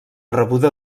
rebuda